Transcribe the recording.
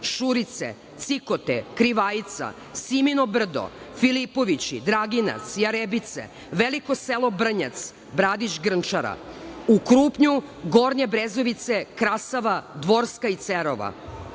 Šurice, Cikote, Krivajica, Simino Brdo, Filipovići, Draginac, Jarebice, Veliko selo Brnjac, Bradić Grnčara. U Krupnju, Gornje Brezovice, Krasava, Dvorska i Cerova.